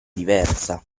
diversa